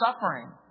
suffering